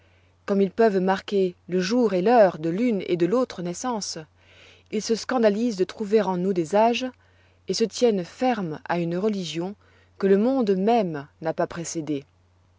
comme ils peuvent marquer le jour et l'heure de l'une et de l'autre naissance ils se scandalisent de trouver en nous des âges et se tiennent fermes à une religion que le monde même n'a pas précédée